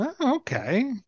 Okay